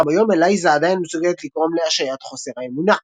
גם היום אלייזה עדיין מסוגלת לגרום להשעיית חוסר האמונה.